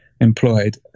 employed